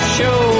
show